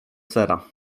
sera